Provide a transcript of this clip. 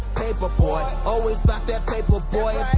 paper boi, always about that paper, boy.